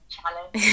challenge